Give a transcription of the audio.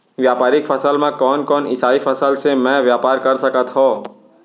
व्यापारिक फसल म कोन कोन एसई फसल से मैं व्यापार कर सकत हो?